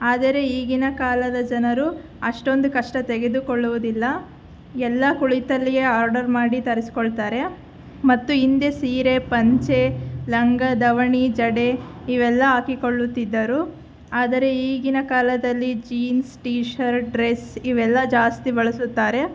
ಆದರೆ ಈಗಿನ ಕಾಲದ ಜನರು ಅಷ್ಟೊಂದು ಕಷ್ಟ ತೆಗೆದುಕೊಳ್ಳುವುದಿಲ್ಲ ಎಲ್ಲ ಕುಳಿತಲ್ಲಿಯೇ ಆರ್ಡರ್ ಮಾಡಿ ತರಿಸಿಕೊಳ್ತಾರೆ ಮತ್ತು ಹಿಂದೆ ಸೀರೆ ಪಂಚೆ ಲಂಗ ದಾವಣಿ ಜಡೆ ಇವೆಲ್ಲ ಹಾಕಿಕೊಳ್ಳುತ್ತಿದ್ದರು ಆದರೆ ಈಗಿನ ಕಾಲದಲ್ಲಿ ಜೀನ್ಸ್ ಟೀ ಶರ್ಟ್ ಡ್ರೆಸ್ ಇವೆಲ್ಲ ಜಾಸ್ತಿ ಬಳಸುತ್ತಾರೆ